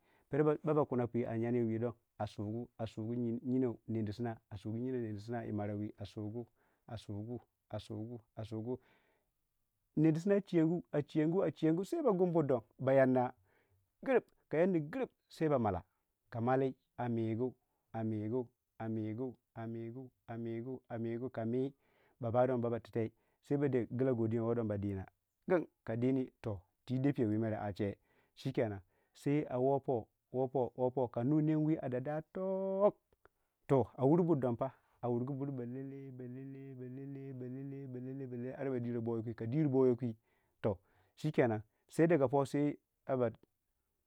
Ba ba kunna a pwii yanniyou wii don a su gu a sugu yinno nemdi sinna yii ma rauwii a sugu a sugu a sugu nendi sinna a chiyangu a chiyangu sai ba gum buri don ba yanna grip ka yanna grip sai ba malle ka malli a migu a migu a migu migu amigu ka mii ba ba don baba tintai sai ba de gilla godun ba dina gig ka dinin toh twii dafi mere a che chikenan sai a woo po woo po woo po ke nu nem wii a dodayii to'ook toh a wur bur dong pa a wurgu buru balalle balalle balalle ara ba diro boyo kwii ka dir boyou kwii toh chikenan sai.